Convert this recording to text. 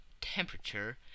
temperature